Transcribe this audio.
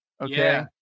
okay